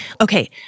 Okay